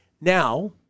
Now